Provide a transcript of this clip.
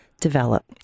develop